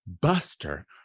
Buster